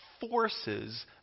forces